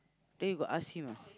then you got ask him or not